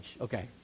Okay